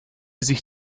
sich